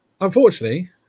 unfortunately